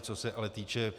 Co se ale týče,